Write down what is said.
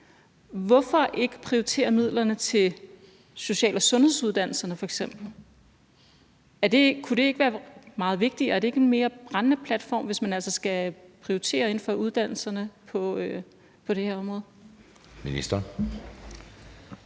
Hvorfor ikke prioritere midlerne til f.eks. social- og sundhedsuddannelserne? Kunne det ikke være meget vigtigere? Er det ikke en mere brændende platform, hvis man altså skal prioritere inden for uddannelserne på det her område?